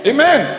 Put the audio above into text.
Amen